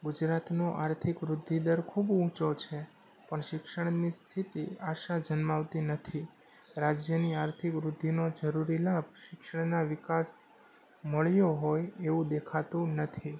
ગુજરાતનો આર્થિક વૃદ્ધિ દર ખૂબ ઊંચો છે પણ શિક્ષણની સ્થિતિ આશા જન્માવતી નથી રાજ્યની આર્થિક વૃદ્ધિનો જરૂરી લાભ શિક્ષણના વિકાસ મળ્યો હોય એવું દેખાતું નથી